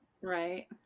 right